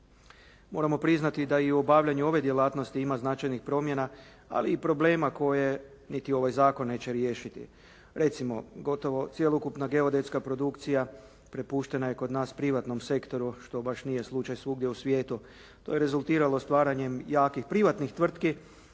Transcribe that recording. Moramo priznati da i u obavljanju ove djelatnosti ima značajnih problema ali i problema koje niti ovaj zakon neće riješiti. Recimo, gotovo cjelokupna geodetska produkcija prepuštena je kod nas privatnom sektoru što baš nije slučaj svugdje u svijetu. To je rezultiralo stvaranjem jakih privatnih tvrtki